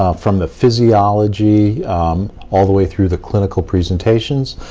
ah from the physiology all the way through the clinical presentations.